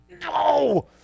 No